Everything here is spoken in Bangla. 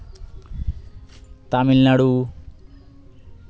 তামিলনাড়ু